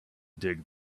dig